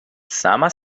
sama